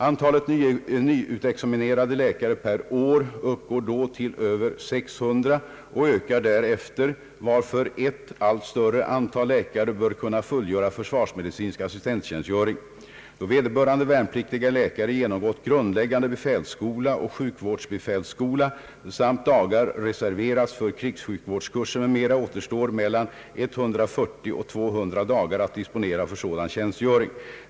Antalet nyutexaminerade läkare per år uppgår då till över 600 och ökar därefter, varför ett allt större antal läkare bör kunna fullgöra försvarsmedicinsk assistentjänstgöring. Då vederbörande värnpliktiga läkare genomgått grundläggande befälsskola och sjukvårdsbefälsskola samt dagar reserverats för krigssjukvårdskurser m.m. återstår mellan 140 och 200 dagar att disponera för sådan tjänstgöring.